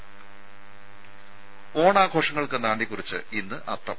രുദ ഓണാഘോഷങ്ങൾക്ക് നാന്ദി കുറിച്ച് ഇന്ന് അത്തം